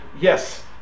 yes